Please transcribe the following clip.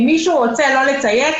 אם מישהו רוצה לא לציית,